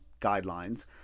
guidelines